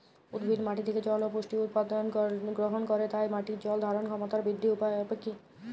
উদ্ভিদ মাটি থেকে জল ও পুষ্টি উপাদান গ্রহণ করে তাই মাটির জল ধারণ ক্ষমতার বৃদ্ধির উপায় কী?